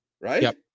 right